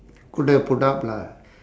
could have put up lah